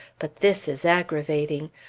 but this is aggravating.